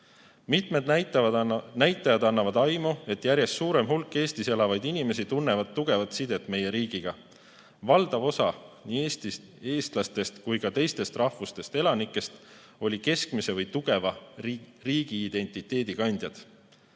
Mitmed näitajad annavad aimu, et järjest suurem hulk Eestis elavaid inimesi tunneb tugevamat sidet meie riigiga. Valdav osa nii eestlastest kui ka teisest rahvusest elanikest oli keskmise või tugeva riigiidentiteedi